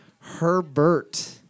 Herbert